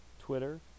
Twitter